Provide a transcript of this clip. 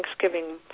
Thanksgiving